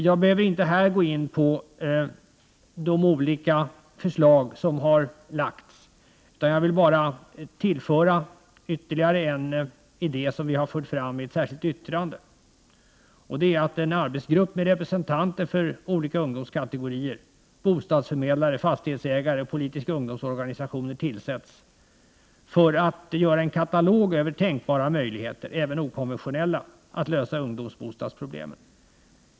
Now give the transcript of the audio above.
Jag behöver inte här gå in på de olika förslag som har lagts, utan jag vill bara tillföra ytterligare en idé som vi har fört fram i ett särskilt yttrande: att en arbetsgrupp med representanter för olika ungdomskategorier, bostadsförmedlare, fastighetsägare och politiska ungdomsorganisationer tillsätts för att göra en katalog över tänkbara möjligheter, även okonventionella, att lösa ungdomsbostadsproblemen.